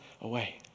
away